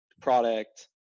product